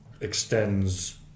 extends